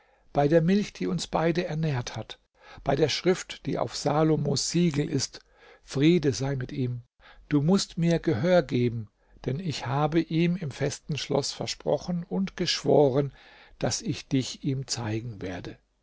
bei der milch die uns beide ernährt hat bei der schrift die auf salomos siegel ist friede sei mit ihm du mußt mir gehör geben denn ich habe ihm im festen schloß versprochen und geschworen daß ich dich ihm zeigen werde